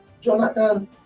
Jonathan